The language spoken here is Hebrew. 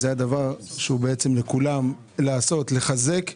זה היה דבר שהוא לכולם, לעשות, לחזק.